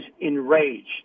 enraged